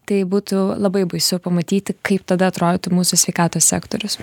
tai būtų labai baisu pamatyti kaip tada atrodytų mūsų sveikatos sektorius